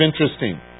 interesting